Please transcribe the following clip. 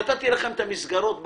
נתתי לכם את המסגרות בגדול,